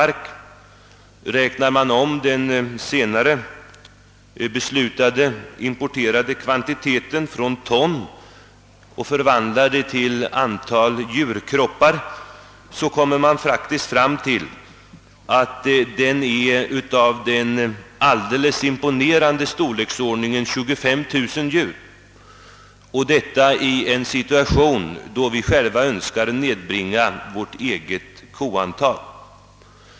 Räknar man om den importerade kvantiteten från ton till antal djurkroppar, finner man att den har den högst imponerande storleken 25000 djur — detta i en situation då vi önskar nedbringa vårt eget koantal.